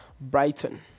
Brighton